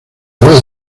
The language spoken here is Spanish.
vaya